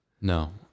No